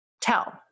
tell